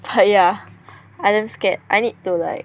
but yeah I damn scared I need to like